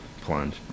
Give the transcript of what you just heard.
plunge